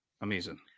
amazing